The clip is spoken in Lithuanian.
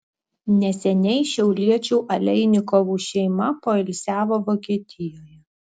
neseniai šiauliečių aleinikovų šeima poilsiavo vokietijoje